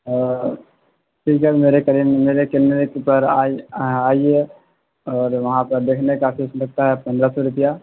ٹھیک ہے میرے کلینک پر آئیے اور وہاں پہ دیکھنے کا فیس لگتا ہے پندرہ سو روپیہ